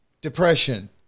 depression